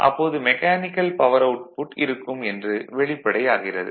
அப்போது mechanical power output இருக்கும் என்று வெளிப்படையாகிறது